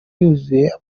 yuzuye